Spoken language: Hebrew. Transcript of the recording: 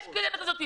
יש קרן כזאת.